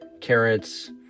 carrots